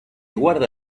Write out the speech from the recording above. guarda